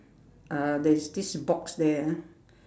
uh there is this box there ah